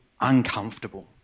uncomfortable